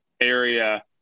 area